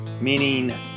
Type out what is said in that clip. meaning